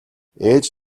ээж